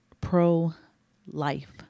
pro-life